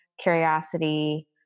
curiosity